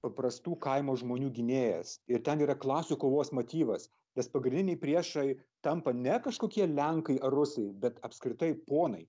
paprastų kaimo žmonių gynėjas ir ten yra klasių kovos motyvas nes pagrindiniai priešai tampa ne kažkokie lenkai ar rusai bet apskritai ponai